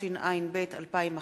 התשע"ב 2011,